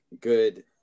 good